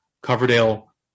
Coverdale